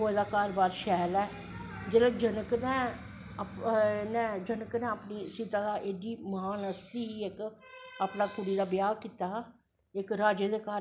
दिकेको ओह्दा घर बार सैल ऐ जेह्ड़े जनक ऐ अपनें साता दजा एड्डी महान हस्ती ही इक अपनी कुड़ी दा ब्याह् कीता इक राज़े दे घर कीता हा